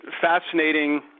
fascinating